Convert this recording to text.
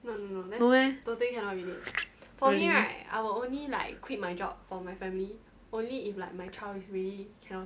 no meh okay